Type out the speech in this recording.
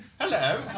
hello